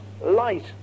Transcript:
light